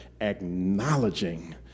acknowledging